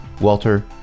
Walter